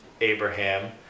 Abraham